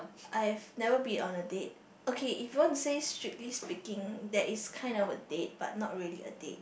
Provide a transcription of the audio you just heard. I have never been on a date okay if you want to say strictly speaking there is kind of a date but not really a date